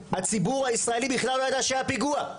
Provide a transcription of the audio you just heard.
הציבור הישראלי בכלל לא ידע שהיה פיגוע.